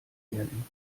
werden